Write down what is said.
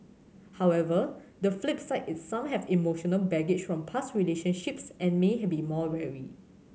however the flip side is some have emotional baggage from past relationships and may had be more wary